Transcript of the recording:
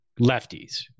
lefties